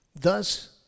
Thus